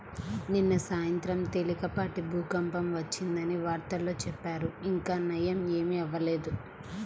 నిన్న సాయంత్రం తేలికపాటి భూకంపం వచ్చిందని వార్తల్లో చెప్పారు, ఇంకా నయ్యం ఏమీ అవ్వలేదు